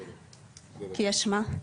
אנחנו,